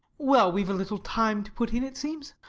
well, we've a little time to put in, it seems.